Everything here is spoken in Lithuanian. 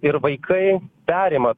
ir vaikai perima